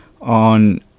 on